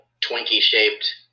Twinkie-shaped